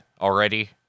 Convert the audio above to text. already